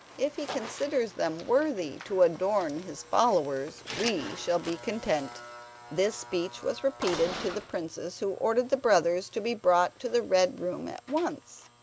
if he considers them worthy to adorn his followers we shall be content this speech was repeated to the princess, who ordered the brothers to be brought to the red-room at once.